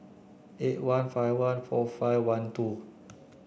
eight one five one four five one two